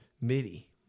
MIDI